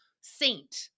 saint